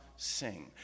Sing